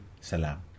salam